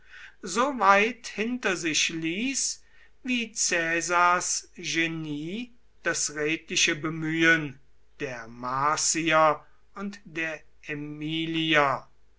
weit hinter sich ließ wie caesars genie das redliche bemühen der marcier und der aemilier